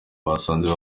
basanze